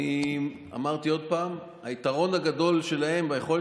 אני אמרתי עוד פעם: היתרון הגדול שלהם והיכולת